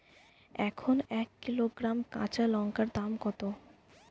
এখন এক কিলোগ্রাম কাঁচা লঙ্কার দাম কত?